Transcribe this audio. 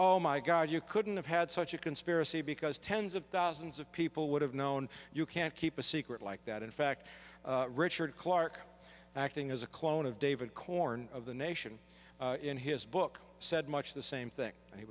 oh my god you couldn't have had such a conspiracy because tens of thousands of people would have known you can't keep a secret like that in fact richard clarke acting as a clone of david corn of the nation in his book said much the same thing